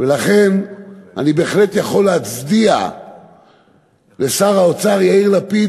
ולכן אני בהחלט יכול להצדיע לשר האוצר יאיר לפיד